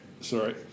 sorry